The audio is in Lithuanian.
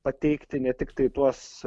pateikti ne tiktai tuos